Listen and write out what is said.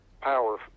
Power